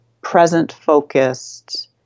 present-focused